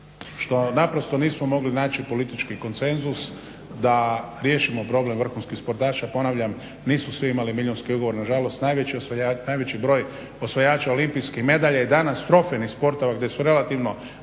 vlada što nismo mogli naći politički konsenzus da riješimo problem vrhunskih sportaša. Ponavljam nisu svi imali milijunske ugovore nažalost najveći broj osvajača olimpijskih medalja i danas trofejnih sportova gdje su relativno